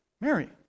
Mary